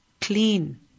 Clean